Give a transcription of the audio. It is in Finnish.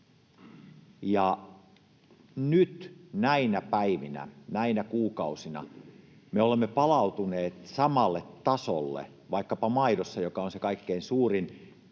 Nyt näinä päivinä, näinä kuukausina me olemme palautuneet samalle tasolle — vaikkapa maidossa, joka on se kaikkein suurin,